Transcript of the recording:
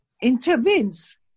intervenes